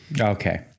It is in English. Okay